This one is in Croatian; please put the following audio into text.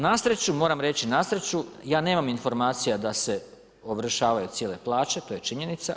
Na sreću, moram reći na sreću, ja nemam informacija da se ovršavaju cijele plaće, to je činjenica.